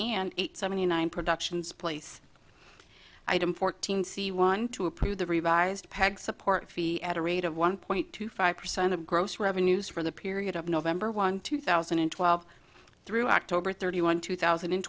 and seventy nine productions place item fourteen c one to approve the revised peg support fee at a rate of one point two five percent of gross revenues for the period of nov one two thousand and twelve through october thirty one two thousand and